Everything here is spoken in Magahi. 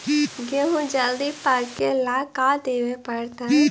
गेहूं जल्दी पके ल का देबे पड़तै?